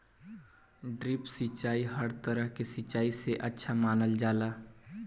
drip सिंचाई हर तरह के सिचाई से ज्यादा अच्छा मानल जाला